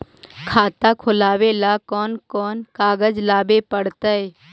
खाता खोलाबे ल कोन कोन कागज लाबे पड़तै?